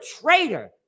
traitor